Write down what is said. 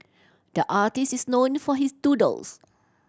the artist is known for his doodles